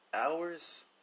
hours